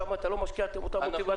שם אתה לא משקיע את אותה מוטיבציה.